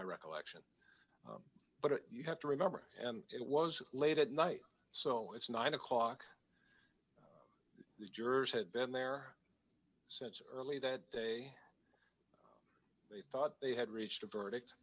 my recollection but you have to remember it was late at night so it's nine o'clock the jurors had been there since early that day they thought they had reached a verdict